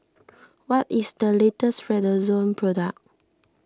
what is the latest Redoxon product